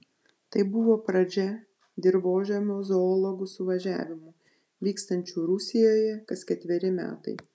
tai buvo pradžia dirvožemio zoologų suvažiavimų vykstančių rusijoje kas ketveri metai